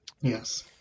Yes